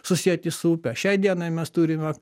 susieti su upe šiai dienai mes turime